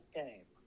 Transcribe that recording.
game